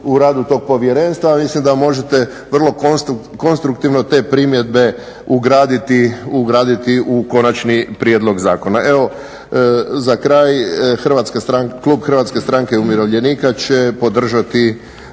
u radu tog povjerenstva. Mislim da možete vrlo konstruktivno te primjedbe ugraditi u konačni prijedlog zakona. Evo za kraj, klub HSU-a će podržati